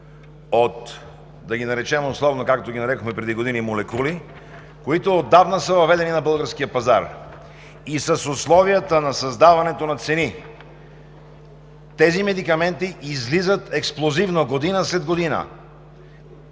– да ги наречем условно, както ги нарекохме преди години, молекули, които отдавна са въведени на българския пазар. И с условията на създаването на цени тези медикаменти излизат експлозивно година след година